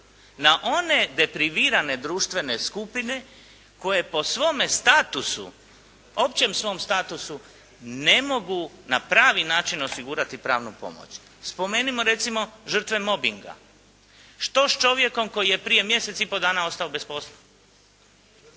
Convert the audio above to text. na one deprivirane društvene skupine koje po svome statusu, općem svom statusu ne mogu na pravi način osigurati pravnu pomoć. Spomenimo recimo žrtve mobinga. Što s čovjekom koji je prije mjesec i pol dana ostao bez posla?